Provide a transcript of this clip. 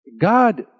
God